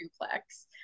duplex